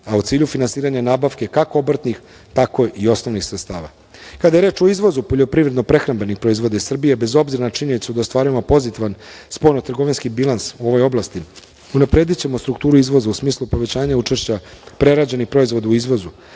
a u cilju finansiranja nabavke kako obrtnih, tako i osnovnih sredstava. Kada je reč o izvozu poljoprivredno-prehrambenih proizvoda iz Srbije, bez obzira na činjenicu da ostvarujemo pozitivan spoljnotrgovinski bilans u ovoj oblasti, unapredićemo strukturu izvoza, u smislu povećanja učešća prerađenih proizvoda u izvozu.